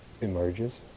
emerges